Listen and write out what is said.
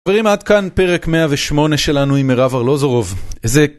חברים, עד כאן פרק 108 שלנו עם מירב ארלוזורוב, איזה